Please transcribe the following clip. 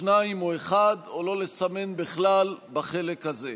שניים או אחד או לא לסמן בכלל בחלק הזה.